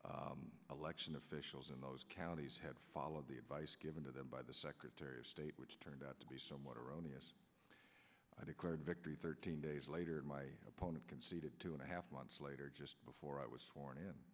because election officials in those counties had followed the advice given to them by the secretary of state which turned out to be somewhat erroneous i declared victory thirteen days later and my opponent conceded two and a half months later just before i was sworn in